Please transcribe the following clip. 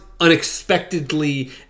unexpectedly